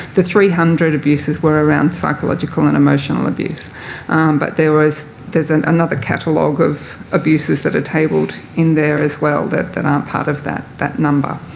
the three hundred abuses were around psychological and emotional abuse but there was there's and another catalogue of abuses that are tabled in there as well that that aren't part of that that number.